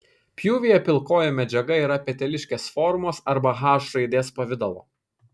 pjūvyje pilkoji medžiaga yra peteliškės formos arba h raidės pavidalo